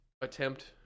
attempt